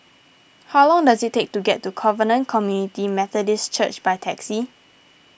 how long does it take to get to Covenant Community Methodist Church by taxi